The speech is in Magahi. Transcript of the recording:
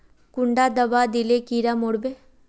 कुंडा दाबा दिले कीड़ा मोर बे?